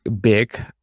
big